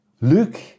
Luke